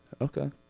okay